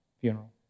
funeral